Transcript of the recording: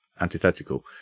antithetical